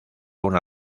una